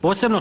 Posebno